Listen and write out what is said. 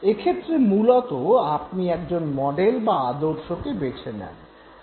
এক্ষেত্রে মূলত আপনি একজন মডেল বা আদর্শকে বেছে নেন